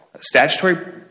statutory